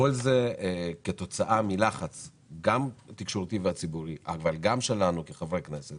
כשכל זה תוצאה מלחץ תקשורתי וציבורי ומלחץ שלנו כחברי כנסת